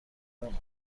بمونی